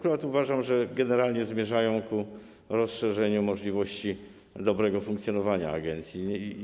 Uważam akurat, że generalnie zmierzają one ku rozszerzeniu możliwości dobrego funkcjonowania agencji.